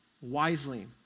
wisely